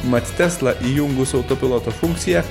mat tesla įjungus autopiloto funkciją